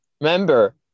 Remember